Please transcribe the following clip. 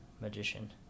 magician